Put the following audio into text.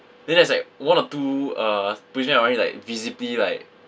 then there's like one or two uh policemen around him like visibly like